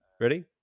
Ready